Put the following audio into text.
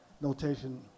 notation